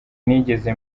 nigeze